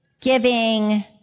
giving